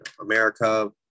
America